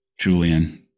Julian